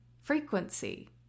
frequency